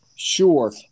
Sure